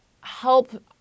help